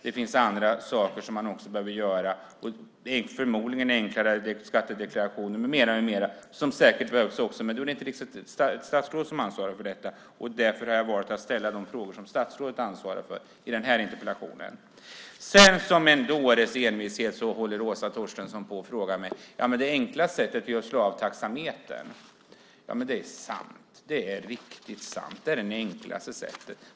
Det finns andra saker som man förmodligen också behöver göra - enklare skattedeklarationer med mera - men det är inte statsrådet som ansvarar för detta, och därför har jag valt att ställa frågor om de saker som statsrådet ansvarar för i den här interpellationen. Med en dåres envishet hävdar Åsa Torstensson att det enkla sättet är att slå av taxametern. Ja, det är sant. Det är riktigt sant. Det är det enklaste sättet.